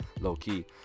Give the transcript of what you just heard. low-key